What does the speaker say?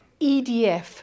EDF